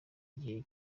igihe